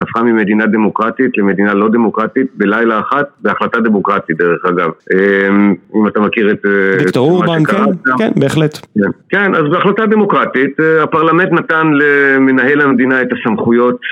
הפכה ממדינה דמוקרטית למדינה לא דמוקרטית בלילה אחד בהחלטה דמוקרטית, דרך אגב. אם אתה מכיר את מה שקרה. כן, בהחלט. כן, אז בהחלטה דמוקרטית הפרלמנט נתן למנהל המדינה את הסמכויות.